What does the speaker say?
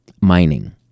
mining